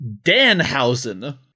Danhausen